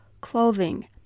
clothing